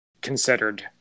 considered